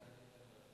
תודה רבה.